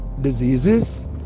diseases